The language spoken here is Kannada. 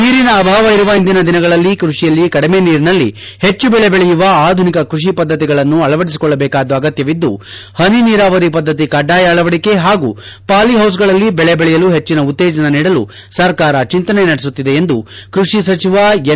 ನೀರಿನ ಅಭಾವ ಇರುವ ಇಂದಿನ ದಿನಗಳಲ್ಲಿ ಕೃಷಿಯಲ್ಲಿ ಕಡಿಮೆ ನೀರಿನಲ್ಲಿ ಹೆಚ್ಚು ಬೆಳೆಯುವ ಆಧುನಿಕ ಕೃಷಿ ಪದ್ದತಿಗಳನ್ನು ಅಳವಡಿಸಿಕೊಳ್ಳಬೇಕಾದ ಅಗತ್ಯವಿದ್ದು ಪನಿ ನೀರಾವರಿ ಪದ್ದತಿ ಕಡ್ಡಾಯ ಅಳವಡಿಕೆ ಹಾಗೂ ಪಾಲಿಹೌಸ್ಗಳಲ್ಲಿ ಬೆಳೆ ಬೆಳೆಯಲು ಹೆಜ್ಜಿನ ಉತ್ತೇಜನ ನೀಡಲು ಸರ್ಕಾರ ಚಿಂತನೆ ನಡೆಸುತ್ತಿದೆ ಎಂದು ಕೃಷಿ ಸಚಿವ ಎನ್